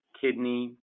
kidney